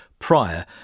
prior